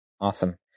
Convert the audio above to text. Awesome